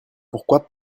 pourquoi